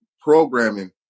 programming